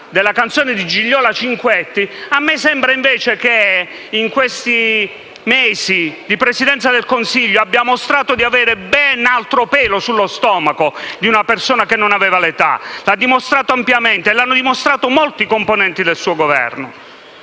della canzone di Gigliola Cinquetti «Non ho l'età». A me sembra invece che, in questi mesi di Presidenza del Consiglio, abbia dimostrato di avere ben altro pelo sullo stomaco rispetto a una persona che «non ha l'età». Lo ha dimostrato ampiamente e lo hanno dimostrato molti componenti del suo Governo.